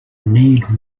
need